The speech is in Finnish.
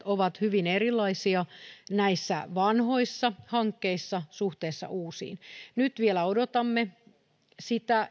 ovat hyvin erilaisia vanhoissa hankkeissa suhteessa uusiin nyt vielä odotamme sitä